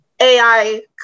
AI